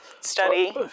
study